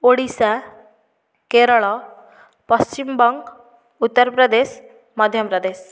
Odisha Kerala Paschimbanga Uttar Pradesh Madhya Pradesh